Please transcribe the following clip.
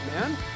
man